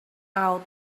out